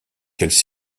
qu’elles